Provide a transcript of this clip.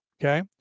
Okay